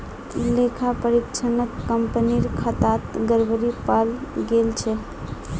लेखा परीक्षणत कंपनीर खातात गड़बड़ी पाल गेल छ